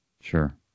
Sure